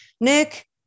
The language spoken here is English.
Nick